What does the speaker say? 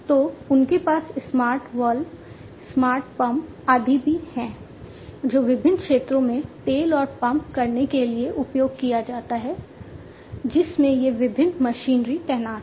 तो उनके पास स्मार्ट वाल्व स्मार्ट पंप आदि भी हैं जो विभिन्न क्षेत्रों से तेल को पंप करने के लिए उपयोग किया जाता है जिसमें ये विभिन्न मशीनरी तैनात हैं